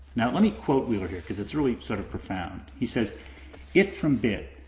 now let me quote wheeler here because it is really sort of profound. he says it from bit,